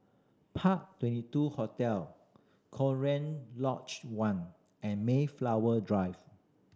Park Twenty two Hotel Cochrane Lodge One and Mayflower Drive